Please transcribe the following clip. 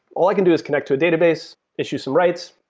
all i can do is connect to a database, issue some writes,